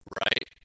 right